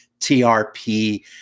TRP